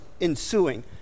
ensuing